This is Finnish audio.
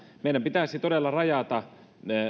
meidän pitäisi todella rajata